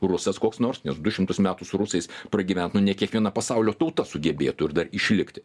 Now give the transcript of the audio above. rusas koks nors nes du šimtus metų su rusais pragyvent nu ne kiekviena pasaulio tauta sugebėtų ir dar išlikti